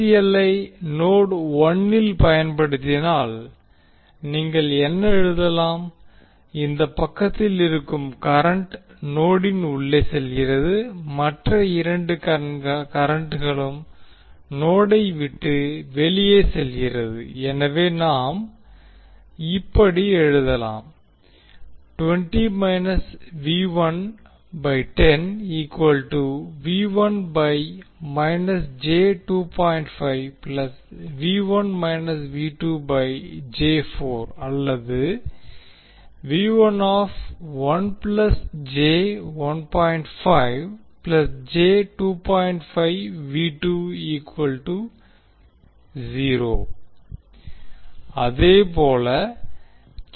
L ஐ node 1 இல் பயன்படுத்தினால் நீங்கள் என்ன எழுதலாம் இந்த பக்கத்தில் இருக்கும் கரண்ட் நோடின் உள்ளே செல்கிறது மற்ற இரண்டு கரண்ட்களும் நோடை விட்டு வெளியே செல்கிறது எனவே நாம் இப்படி எழுதலாம் அல்லது அதேபோல கே